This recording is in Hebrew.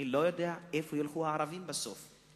אני לא יודע לאיפה ילכו הערבים בסוף.